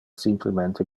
simplemente